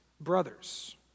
brothers